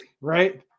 right